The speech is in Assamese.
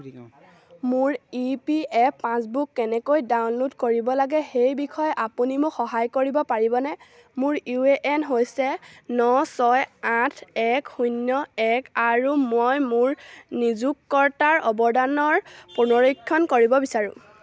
মোৰ ই পি এফ পাছবুক কেনেকৈ ডাউনলোড কৰিব লাগে সেই বিষয়ে আপুনি মোক সহায় কৰিব পাৰিবনে মোৰ ইউ এ এন হৈছে ন ছয় আঠ এক শূন্য এক আৰু মই মোৰ নিয়োগকৰ্তাৰ অৱদানৰ পুনৰীক্ষণ কৰিব বিচাৰোঁ